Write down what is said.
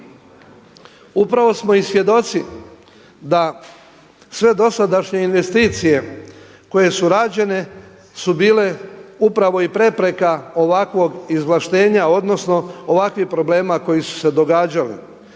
Upravo smo i svjedoci da sve dosadašnje investicije koje su rađene su bile upravo i prepreka ovakvog izvlaštenja, odnosno ovakvih problema koji su se događali.